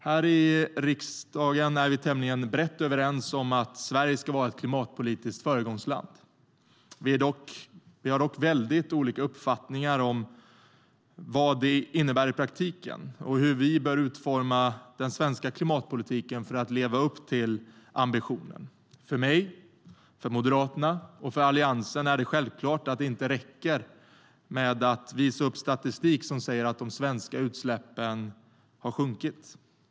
Här i riksdagen är vi tämligen brett överens om att Sverige ska vara ett klimatpolitiskt föregångsland. Vi har dock väldigt olika uppfattningar om vad detta innebär i praktiken och hur vi bör utforma den svenska klimatpolitiken för att leva upp till ambitionen. För mig, för Moderaterna och för Alliansen är det självklart att det inte räcker med att vi kan visa upp statistik som säger att de svenska utsläppen har sjunkit.